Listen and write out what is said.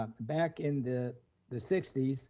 um back in the the sixty s,